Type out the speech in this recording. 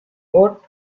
woot